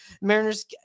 Mariners